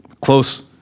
close